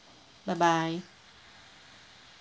bye bye